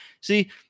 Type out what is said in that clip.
See